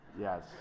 Yes